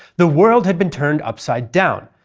the world had been turned upside down,